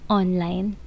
online